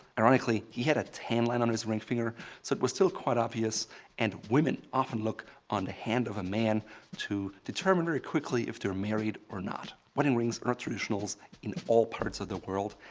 ironically, he had a tan line on his ring finger so it was still quite obvious and women often look on the hand of a man to determine very quickly if they're married or not. wedding rings are traditional in all parts of the world,